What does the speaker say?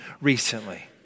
recently